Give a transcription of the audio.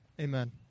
amen